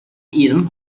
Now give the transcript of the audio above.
eaten